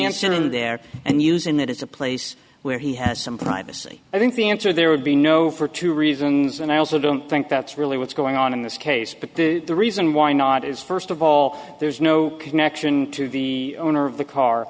answer there and using that is a place where he has some privacy i think the answer there would be no for two reasons and i also don't think that's really what's going on in this case but the reason why not is first of all there's no connection to the owner of the car